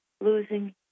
losing